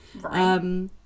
Right